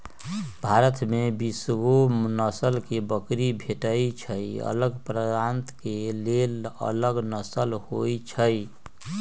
भारत में बीसगो नसल के बकरी भेटइ छइ अलग प्रान्त के लेल अलग नसल होइ छइ